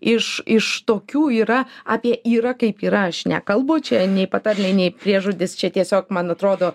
iš iš tokių yra apie yra kaip yra aš nekalbu čia nei patarlė nei priežodis čia tiesiog man atrodo